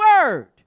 word